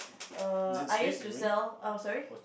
err I use to sell oh sorry